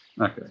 Okay